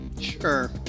Sure